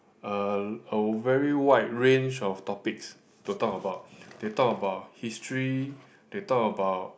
uh a very wide range of topics to talk about they talk about history they talk about